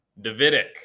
Davidic